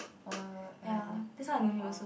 uh um Ne~ Nepal